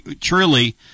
truly